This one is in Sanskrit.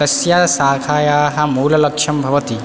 तस्य शाखायाः मूललक्ष्यं भवति